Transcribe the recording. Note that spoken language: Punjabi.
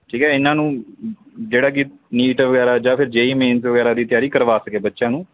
ਠੀਕ ਹੈ ਇਹਨਾਂ ਨੂੰ ਜਿਹੜਾ ਕਿ ਨੀਟ ਵਗੈਰਾ ਜਾਂ ਫਿਰ ਜੇ ਈ ਮੇਨਜ ਵਗੈਰਾ ਦੀ ਤਿਆਰੀ ਕਰਵਾ ਸਕੇ ਬੱਚਿਆਂ ਨੂੰ